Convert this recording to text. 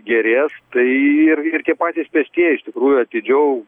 gerės tai ir ir tie patys pėstieji iš tikrųjų atidžiau